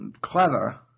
Clever